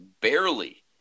barely –